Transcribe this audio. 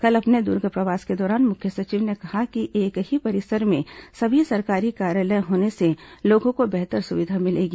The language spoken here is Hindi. कल अपने दुर्ग प्रवास के दौरान मुख्य सचिव ने कहा कि एक ही परिसर में सभी सरकारी कार्यालय होने से लोगों सुविधा मिलेगी